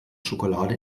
schokolade